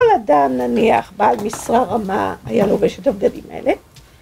כל אדם נניח בעל משרה רמה היה לובש את הבגדים האלה